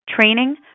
training